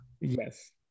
yes